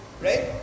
right